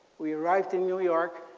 we arrived to new york,